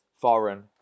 foreign